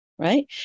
Right